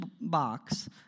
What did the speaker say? box